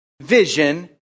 vision